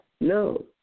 no